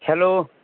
hello